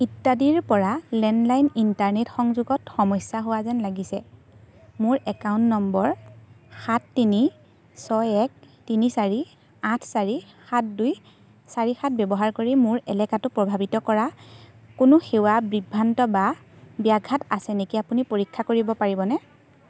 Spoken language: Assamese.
ইত্যাদিৰপৰা মোৰ লেণ্ডলাইন ইণ্টাৰনেট সংযোগত সমস্যা হোৱা যেন লাগিছে মোৰ একাউণ্ট নম্বৰ সাত তিনি ছয় এক তিনি চাৰি আঠ চাৰি সাত দুই চাৰি সাত ব্যৱহাৰ কৰি মোৰ এলেকাটো প্ৰভাৱিত কৰা কোনো সেৱা বিভ্ৰান্ত বা ব্যাঘাত আছে নেকি আপুনি পৰীক্ষা কৰিব পাৰিবনে